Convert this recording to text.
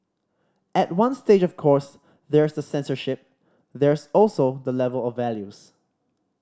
at one stage of course there's the censorship there's also the level of values